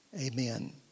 Amen